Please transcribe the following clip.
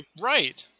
Right